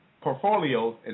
portfolios